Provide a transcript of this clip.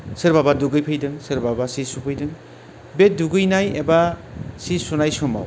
सोरबाबा दुगैफैदों सोरबाबा सि सुफैदों बे दुगैनाय एबा सि सुनाय समाव